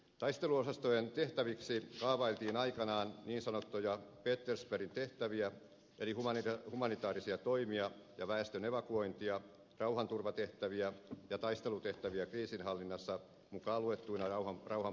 taisteluosastojen tehtäviksi kaavailtiin aikanaan niin sanottuja petersbergin tehtäviä eli humanitaarisia toimia ja väestön evakuointia rauhanturvatehtäviä ja taistelutehtäviä kriisinhallinnassa mukaan luettuina rauhanpalauttamistoimet